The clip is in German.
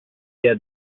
der